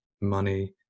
money